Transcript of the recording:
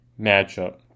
matchup